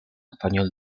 español